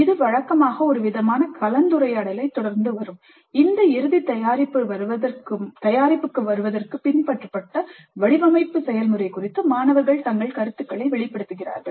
இது வழக்கமாக ஒருவிதமான கலந்துரையாடலைத் தொடர்ந்து வரும் இந்த இறுதி தயாரிப்புக்கு வருவதற்கு பின்பற்றப்பட்ட வடிவமைப்பு செயல்முறை குறித்து மாணவர்கள் தங்கள் கருத்துகளையும் வெளிப்படுத்துகிறார்கள்